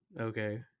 Okay